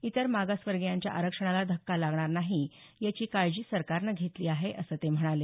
इतर मागासवर्गीयांच्या आरक्षणाला धक्का लागणार नाही याची काळजी सरकारनं घेतली आहे असं ते म्हणाले